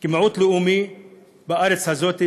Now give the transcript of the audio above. כמיעוט לאומי בארץ הזאת,